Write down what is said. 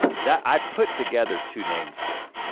that, i put together two names there,